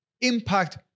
Impact